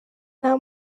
nta